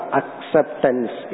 acceptance